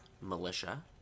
Militia